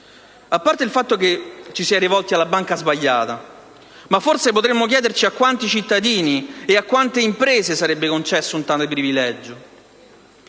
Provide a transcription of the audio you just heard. A parte il fatto che ci si è rivolti alla banca sbagliata, forse potremmo chiederci a quanti cittadini e a quante imprese sarebbe concesso un tale privilegio.